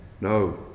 No